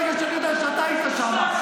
ברגע שאני יודע שהיית שם.